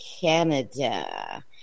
Canada